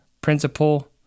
principal